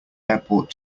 airport